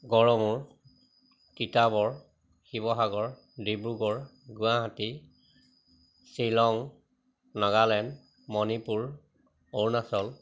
Garmur Titabar Sivasagar Dibrugarh Guwahati Shillong Nagaland Manipur Arunachal